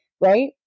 right